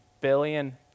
billion